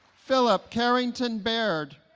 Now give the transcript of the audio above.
phillip kerrington baird